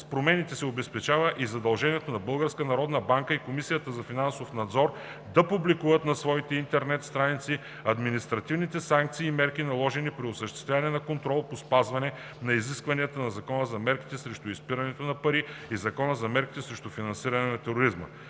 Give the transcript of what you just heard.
и Комисията за финансов надзор да публикуват на своите интернет страници административните санкции и мерки, наложени при осъществяването на контрол по спазване изискванията на Закона за мерките срещу изпирането на пари и Закона за мерките срещу финансирането на тероризма.